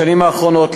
בשנים האחרונות,